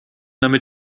damit